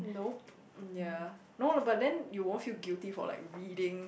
no yea no lah but then you won't feel guilty for like reading